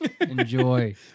Enjoy